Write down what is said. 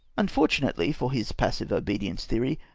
unfortunately for his passive obedience theory,